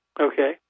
Okay